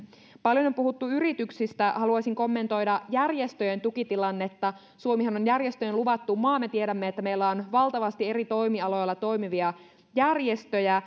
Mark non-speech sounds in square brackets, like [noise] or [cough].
paljon on puhuttu yrityksistä haluaisin kommentoida järjestöjen tukitilannetta suomihan on järjestöjen luvattu maa me tiedämme että meillä on valtavasti eri toimialoilla toimivia järjestöjä [unintelligible]